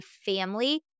family